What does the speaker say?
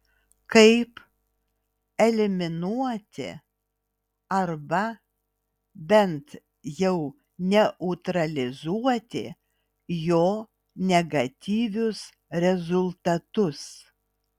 kaip eliminuoti arba bent jau neutralizuoti jo negatyvius rezultatus